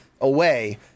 away